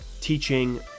teaching